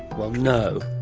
well, no,